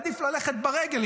עדיף ללכת ברגל,